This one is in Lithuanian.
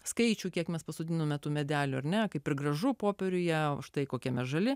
skaičių kiek mes pasodinome tų medelių ar ne kaip ir gražu popieriuje o štai kokiame žali